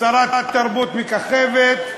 שרת תרבות מככבת,